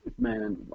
Man